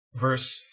verse